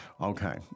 Okay